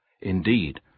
Indeed